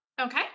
Okay